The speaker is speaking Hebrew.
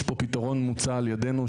יש פה פתרון מוצע על ידינו,